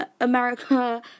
america